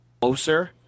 closer